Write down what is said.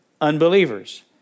unbelievers